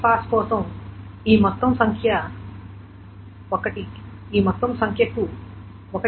మొదటి పాస్ కోసం ఈ మొత్తం సంఖ్య కు 1 ఎక్కువ